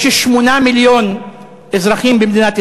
יש 8 מיליון תושבים,